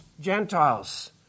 Gentiles